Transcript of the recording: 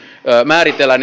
määritellään